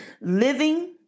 living